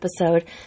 episode